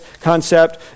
concept